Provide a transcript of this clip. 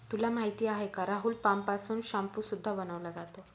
तुला माहिती आहे का राहुल? पाम पासून शाम्पू सुद्धा बनवला जातो